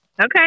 Okay